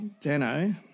Dano